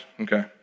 Okay